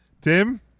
Tim